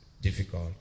difficult